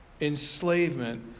enslavement